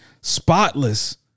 spotless